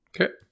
okay